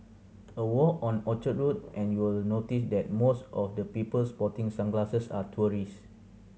a walk on Orchard Road and you'll notice that most of the people sporting sunglasses are tourists